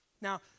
Now